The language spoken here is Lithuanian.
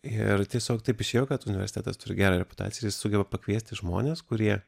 ir tiesiog taip išėjo kad universitetas turi gerą reputaciją ir jis sugeba pakviesti žmones kurie